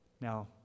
Now